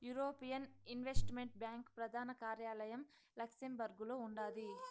European investment bank ప్రదాన కార్యాలయం లక్సెంబర్గులో ఉండాది